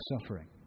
suffering